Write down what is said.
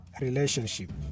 relationship